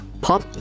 Pop